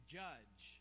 judge